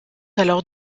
alors